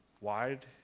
Wide